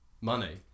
money